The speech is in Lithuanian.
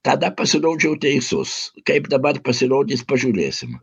tada pasirodžiau teisus kaip dabar pasirodys pažiūrėsim